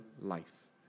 life